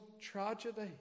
tragedy